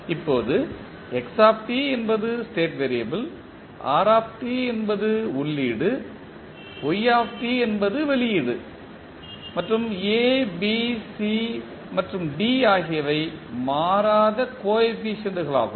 இப்போது x என்பது state variable r என்பது உள்ளீடு y என்பது வெளியீடு மற்றும் a b c மற்றும் d ஆகியவை மாறாத கோஎபிசியன்ட்ங்களாகும்